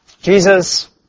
Jesus